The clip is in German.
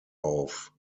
auf